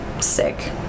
sick